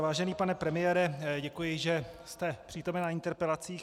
Vážený pane premiére, děkuji, že jste přítomen na interpelacích.